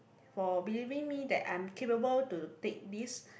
for believing me that I'm capable to take this